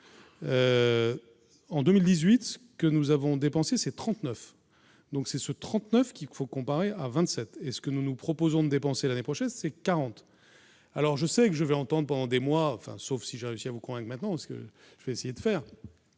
en 2018, que nous avons dépensé 39 donc c'est ce 39, qu'il faut comparer à 27 et ce que nous nous proposons de dépenser l'année prochaine, c'est 40. Alors je sais que je vais entend pendant des mois, enfin sauf si j'ai réussi à vous convainc maintenant parce que je vais essayer de faire,